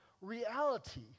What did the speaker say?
reality